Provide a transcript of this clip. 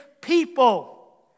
people